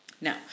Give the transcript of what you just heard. Now